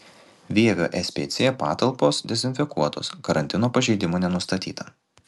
vievio spc patalpos dezinfekuotos karantino pažeidimų nenustatyta